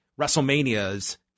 WrestleMania's